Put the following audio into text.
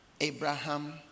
Abraham